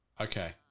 Okay